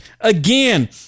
again